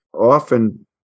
often